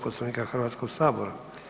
Poslovnika Hrvatskog sabora.